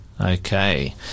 Okay